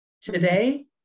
Today